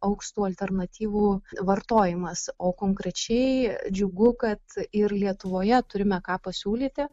augs tų alternatyvų vartojimas o konkrečiai džiugu kad ir lietuvoje turime ką pasiūlyti